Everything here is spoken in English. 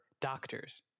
doctors